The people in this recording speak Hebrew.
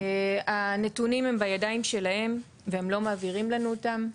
הנתונים הם בידיים שלהם והם לא מעבירים לנו אותם.